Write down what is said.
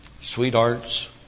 Sweethearts